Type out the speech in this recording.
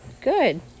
Good